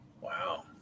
Wow